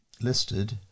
listed